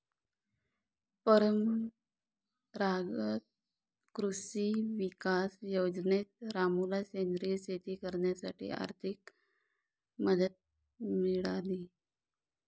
परंपरागत कृषी विकास योजनेत रामूला सेंद्रिय शेती करण्यासाठी आर्थिक मदत मिळाली